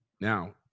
Now